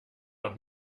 auch